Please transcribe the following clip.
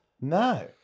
No